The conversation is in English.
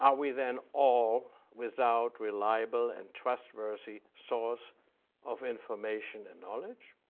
ah we then all without reliable and trustworthy source of information and knowledge?